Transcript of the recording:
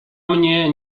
mnie